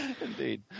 Indeed